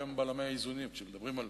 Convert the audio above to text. אלה בלמי האיזונים, וכשמדברים על